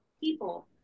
people